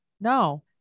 No